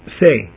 say